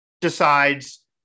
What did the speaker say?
decides